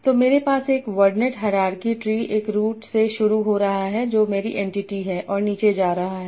तो मेरे पास एक वर्डनेट हायरार्की ट्री एक रूट से शुरू हो रहा है जो मेरी एंटिटी है और नीचे जा रहा है